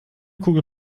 kugel